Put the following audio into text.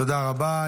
תודה רבה.